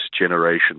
generation